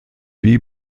wie